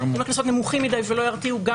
אם הקנסות נמוכים מדי ולא ירתיעו גם